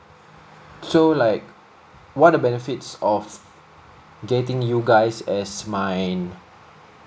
so like what the benefits of getting you guys as mine